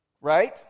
Right